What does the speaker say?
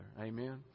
Amen